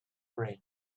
brain